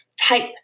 type